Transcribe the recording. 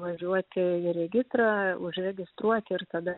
važiuoti į regitrą užregistruoti ir tada